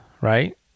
right